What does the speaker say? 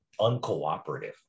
uncooperative